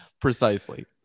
precisely